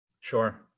Sure